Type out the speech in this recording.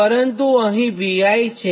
પરંતુ અહીં Vi છે